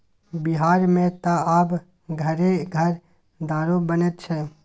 बिहारमे त आब घरे घर दारू बनैत छै